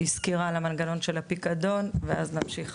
סקירה על המנגנון של הפיקדון ואז נמשיך.